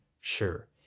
sure